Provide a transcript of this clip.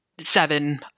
seven